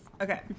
Okay